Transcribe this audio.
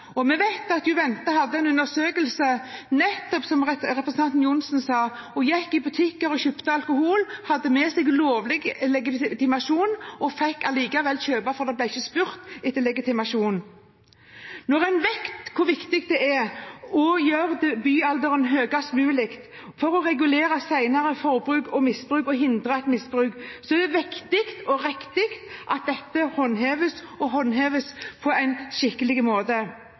Vi vet at Juvente hadde en undersøkelse – nettopp som representanten Ørmen Johnsen sa. De gikk i butikker for å kjøpe alkohol, hadde med seg lovlig legitimasjon og fikk likevel kjøpe, for det ble ikke spurt etter legitimasjon. Når en vet hvor viktig det er å gjøre debutalderen høyest mulig for å regulere senere forbruk og å hindre et misbruk, er det viktig og riktig at dette håndheves på en skikkelig måte.